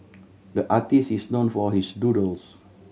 the artist is known for his doodles